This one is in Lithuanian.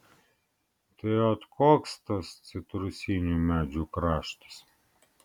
tai ot koks tas citrusinių medžių kraštas